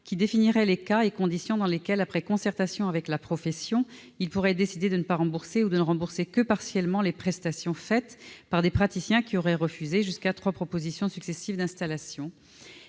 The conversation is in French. définissant les cas et les conditions dans lesquels, après concertation avec la profession, on pourrait décider de ne pas rembourser, ou de ne rembourser que partiellement les prestations assurées par des praticiens qui auraient refusé jusqu'à trois propositions successives d'installation.